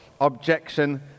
objection